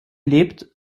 lebt